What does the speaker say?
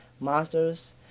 masters